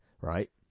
right